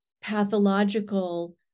pathological